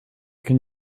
can